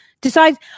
decides